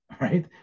Right